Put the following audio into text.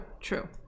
true